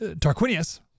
Tarquinius